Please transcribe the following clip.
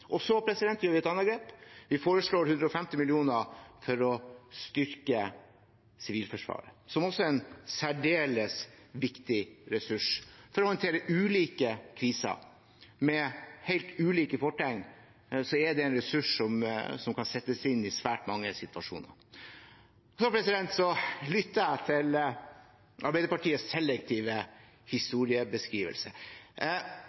Så tar vi et annet grep. Vi foreslår 150 mill. kr for å styrke Sivilforsvaret, som også er en særdeles viktig ressurs for å håndtere ulike kriser. Med helt ulike fortegn er det en ressurs som kan settes inn i svært mange situasjoner. Jeg lytter til Arbeiderpartiets selektive historiebeskrivelse. Hvis man har så